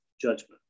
judgment